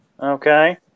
Okay